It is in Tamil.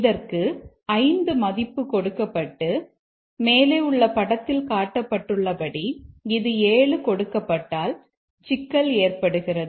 இதற்கு 5 மதிப்பு கொடுக்கப்பட்டு மேலே உள்ள படத்தில் காட்டப்பட்டுள்ளபடி இது 7 கொடுக்கப்பட்டால் சிக்கல் ஏற்படுகிறது